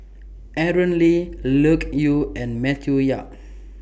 Aaron Lee Loke Yew and Matthew Yap